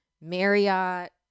Marriott